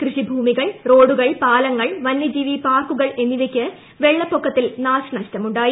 കൃഷിഭൂമികൾ റോഡുകൾ പാലുങ്ങൾ വന്യജീവി പാർക്കുകൾ എന്നിവയ്ക്ക് വെളളപ്പൊക്കത്തിൽ നാശനഷ്ടമുണ്ടായി